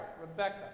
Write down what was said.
Rebecca